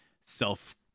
self